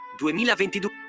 2022